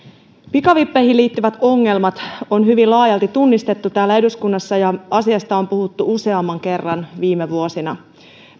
pikavippeihin liittyvät ongelmat on hyvin laajalti tunnistettu täällä eduskunnassa ja asiasta on puhuttu useamman kerran viime vuosina